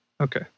Okay